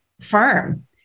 firm